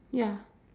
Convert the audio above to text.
ya